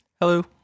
Hello